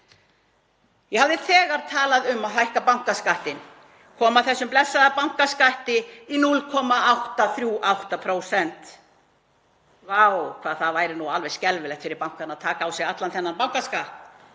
Ég hafði þegar talað um að hækka bankaskattinn, koma þessum blessaða bankaskatti í 0,838%. Vá hvað það væri nú alveg skelfilegt fyrir bankann að taka á sig allan þennan bankaskatt.